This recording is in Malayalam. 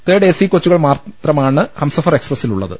തേർഡ് എസി കോച്ചുകൾ മാത്രമാണ് ഹംസഫർ എക്സ്പ്രസിൽ ഉള്ളത്